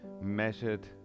measured